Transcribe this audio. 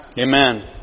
Amen